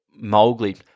Mowgli